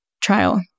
trial